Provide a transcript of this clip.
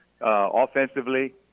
offensively